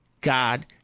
God